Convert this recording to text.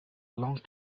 long